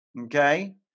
okay